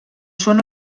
són